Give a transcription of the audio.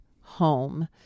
home